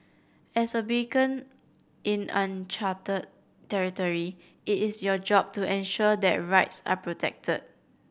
as a beacon in uncharted territory it is your job to ensure that rights are protected